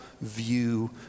view